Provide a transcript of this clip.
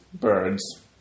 Birds